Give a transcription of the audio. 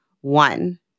One